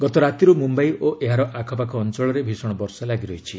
ଗତ ରାତିରୁ ମୁମ୍ବାଇ ଓ ଏହାର ଆଖପାଖ ଅଞ୍ଚଳରେ ଭୀଷଣ ବର୍ଷା ଲାଗିରହିଛି